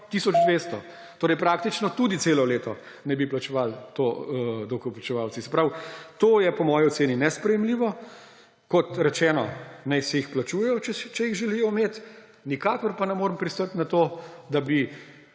200. Torej praktično tudi celo leto naj bi plačevali to davkoplačevalci. To je po moji oceni nesprejemljivo. Kot rečeno, naj si jih plačujejo, če jih želijo imeti, nikakor pa ne morem pristati na to, da bi